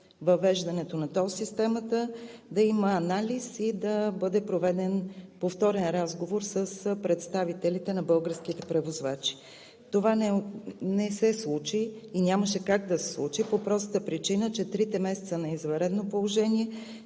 въвеждането на тол системата, да има анализ и да бъде проведен повторен разговор с представителите на българските превозвачи. Това не се случи. Нямаше как да се случи, по простата причина че трите месеца на извънредно положение